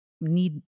need